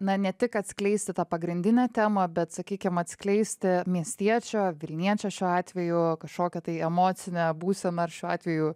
na ne tik atskleisti tą pagrindinę temą bet sakykim atskleisti miestiečio vilniečio šiuo atveju kažkokią tai emocinę būseną ar šiuo atveju